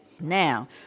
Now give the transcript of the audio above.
Now